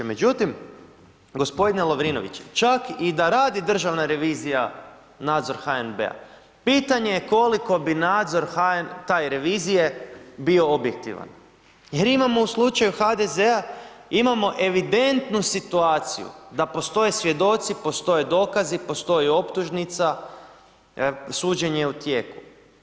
Međutim gospodine Lovrinović, čak i da radi državna revizija nadzor HNB-a pitanje je koliko bi nadzor te revizije bio objektivan, jer imamo u slučaju HDZ-a imamo evidentnu situaciju da postoje svjedoci, postoje dokazi, postoji optužnica, suđenje je u tijeku.